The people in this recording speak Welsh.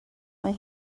mae